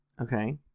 okay